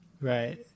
Right